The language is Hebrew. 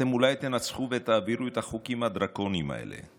אולי תנצחו ותעבירו את החוקים הדרקוניים האלה,